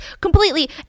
completely